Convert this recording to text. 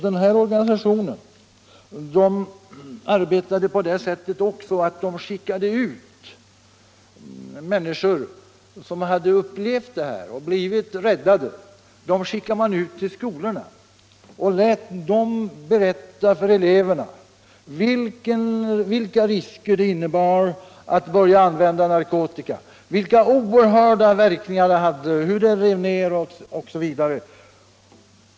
Den här organisationen arbetade också på det sättet att människor som hade upplevt narkotikamissbruket och blivit räddade skickades ut till skolorna för att berätta för eleverna vilka risker det innebär att börja använda narkotika, vilka oerhörda verkningar missbruket har, hur det river ner osv.